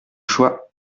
choix